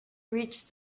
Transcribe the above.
reached